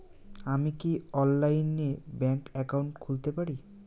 আমি কি অনলাইনে ব্যাংক একাউন্ট খুলতে পারি?